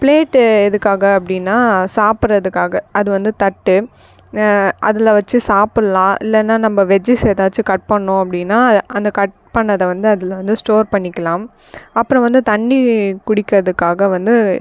plate எதுக்காக அப்படின்னா சாப்புடுறதுக்காக அது வந்து தட்டு அதில் வச்சு சாப்புட்லாம் இல்லைனா நம்ம வெஜ்ஜிஸ் எதாச்சும் கட் பண்ணும் அப்படின்னா அந்த கட் பண்ணதை வந்து அதில் வந்து ஸ்டோர் பண்ணிக்கலாம் அப்புறம் வந்து தண்ணி குடிக்கிறதுக்காக வந்து